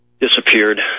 disappeared